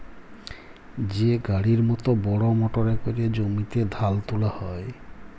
যে গাড়ির মত বড় মটরে ক্যরে জমিতে ধাল তুলা হ্যয়